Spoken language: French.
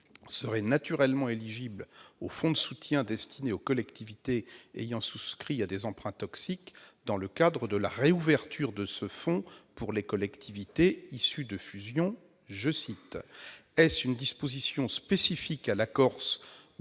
sera naturellement éligible au fonds de soutien destiné aux collectivités ayant souscrit à des emprunts toxiques [...] dans le cadre de la réouverture de ce fonds pour les collectivités issues de fusion. » Est-ce une disposition spécifique à la Corse